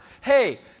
Hey